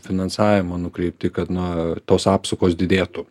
finansavimo nukreipti kad na tos apsukos didėtų